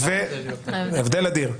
הבדל אדיר.